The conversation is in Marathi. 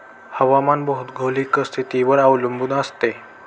हवामान भौगोलिक स्थितीवर अवलंबून असते